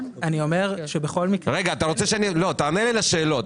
אני אומר שבכל מקרה --- תענה לי לשאלות.